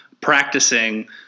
practicing